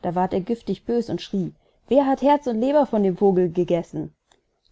da ward er giftig bös und schrie wer hat herz und leber von dem vogel gegessen